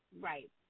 Right